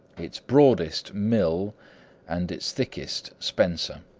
its broadest mill and its thickest spencer.